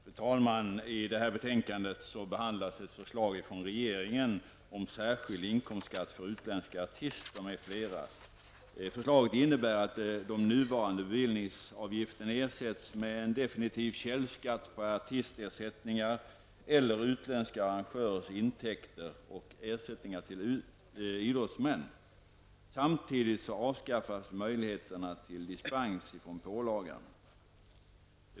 Fru talman! I detta betänkande behandlas ett förslag från regeringen om särskild inkomstskatt för utländska artister m.fl. Förslaget innebär att de nuvarande bevillningsavgifterna ersätts med en definitiv källskatt på artistersättningar eller utländska arrangörers intäkter och ersättningar till idrottsmän. Samtidigt avskaffas möjligheterna till dispens från pålagan.